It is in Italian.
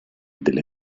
delle